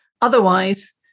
Otherwise